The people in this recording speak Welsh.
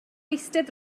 eistedd